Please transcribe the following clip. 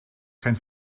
kein